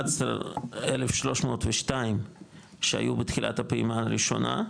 מ-11,302 שהיו בתחילת הפעימה הראשונה,